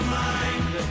mind